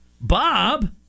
Bob